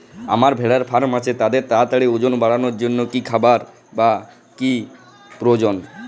আমার ভেড়ার ফার্ম আছে তাদের তাড়াতাড়ি ওজন বাড়ানোর জন্য কী খাবার বা কী প্রয়োজন?